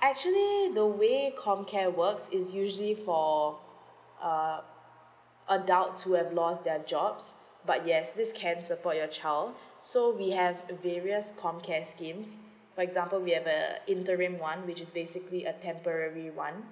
actually the way com care works is usually for uh adults who have lost their jobs but yes this can support your child so we have various com care schemes for example we have a interim one which is basically a temporary one